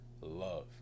love